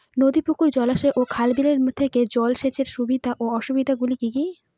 নদী পুকুর জলাশয় ও খাল বিলের থেকে জল সেচের সুবিধা ও অসুবিধা গুলি কি কি?